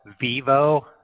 Vivo